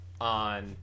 on